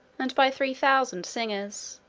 and by three thousand singers,